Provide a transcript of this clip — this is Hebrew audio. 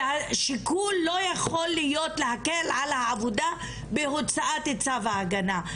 והשיקול לא יכול להיות להקל על העבודה בהוצאת צו ההגנה,